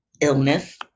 Illness